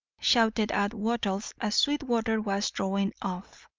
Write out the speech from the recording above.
shouted out wattles as sweetwater was drawing off.